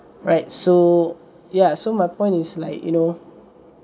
right so ya so my point is like you know